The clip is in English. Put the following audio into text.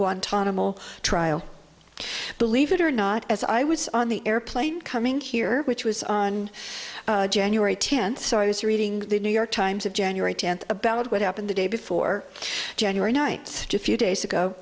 guantanamo trial believe it or not as i was on the airplane coming here which was on january tenth so i was reading the new york times of january tenth about what happened the day before january ninth a few days ago